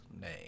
name